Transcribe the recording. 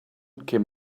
came